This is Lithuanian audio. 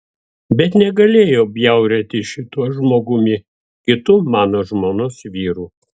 bet negalėjau bjaurėtis šituo žmogumi kitu mano žmonos vyru